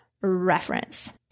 reference